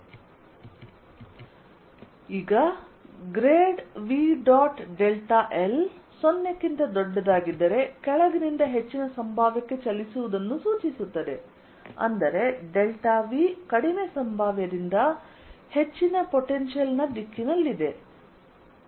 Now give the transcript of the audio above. ಆದ್ದರಿಂದ grad V dot delta l 0 ಕ್ಕಿಂತ ದೊಡ್ಡದಾಗಿದ್ದರೆ ಕೆಳಗಿನಿಂದ ಹೆಚ್ಚಿನ ಸಂಭಾವ್ಯಕ್ಕೆ ಚಲಿಸುವುದನ್ನು ಸೂಚಿಸುತ್ತದೆ ಅಂದರೆ ಡೆಲ್ಟಾ V ಕಡಿಮೆ ಸಂಭಾವ್ಯದಿಂದ ಹೆಚ್ಚಿನ ಪೊಟೆನ್ಶಿಯಲ್ ನ ದಿಕ್ಕಿನಲ್ಲಿದೆ